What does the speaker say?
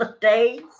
days